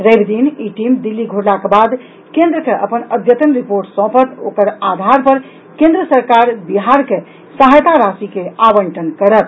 रवि दिन ई टीम दिल्ली घुरलाक बाद केन्द्र के अपन अद्यतन रिपोर्ट सौंपत ओकर आधार पर केन्द्र सरकार बिहार के सहायता राशि के आवंटन करत